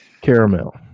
Caramel